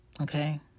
Okay